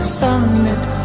sunlit